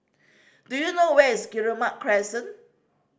do you know where is Guillemard Crescent